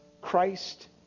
Christ